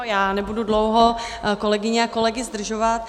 Já nebudu dlouho kolegyně a kolegy zdržovat.